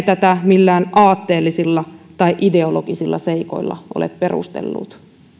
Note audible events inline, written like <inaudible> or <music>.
<unintelligible> tätä millään aatteellisilla tai ideologisilla seikoilla ole perustelleet